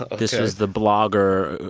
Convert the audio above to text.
this was the blogger,